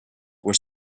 were